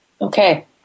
Okay